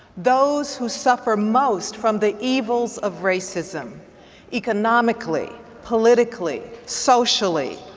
those who suffer most from the evils of racism economically, politically, socially,